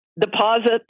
Deposit